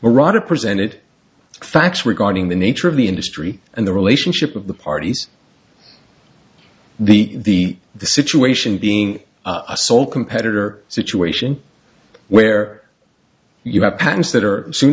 marotta presented facts regarding the nature of the industry and the relationship of the parties the the situation being a sole competitor situation where you have patents that are s